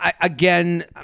again